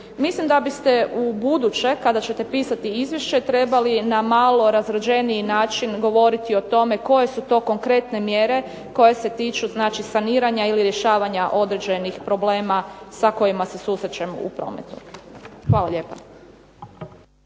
Mislim da bi ste u buduće kada ćete pisati izvješće trebali na malo razrađeniji način govoriti o tome koje su to konkretne mjere koje se tiču znači saniranja ili rješavanja određenih problema sa kojima se susrećemo u prometu. Hvala lijepa.